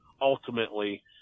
ultimately